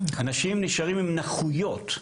אנשים נשארים עם נכויות,